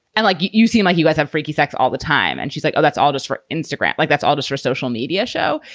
and like you seem like you guys have freaky sex all the time. and she's like, oh, that's all just for instagram. like, that's all just her social media show.